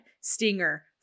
Stinger